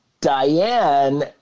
Diane